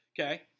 Okay